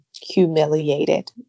humiliated